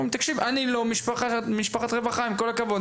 אומרים, תקשיב, אני לא משפחת רווחה, עם כל הכבוד.